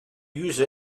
use